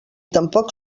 tampoc